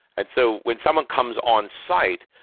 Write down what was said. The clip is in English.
and so when someone comes on site,